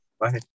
Bye